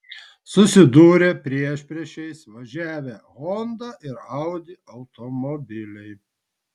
susidūrė priešpriešiais važiavę honda ir audi automobiliai